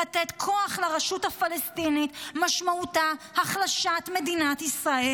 לתת כוח לרשות הפלסטינית משמעותו החלשת מדינת ישראל.